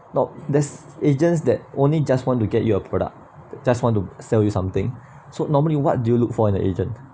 no there's agents that only just want to get your product just want to sell you something so normally what do you look for in a agent